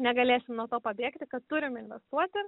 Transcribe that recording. negalėsim nuo to pabėgti kad turim investuoti